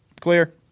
clear